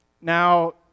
Now